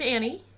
Annie